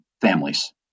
families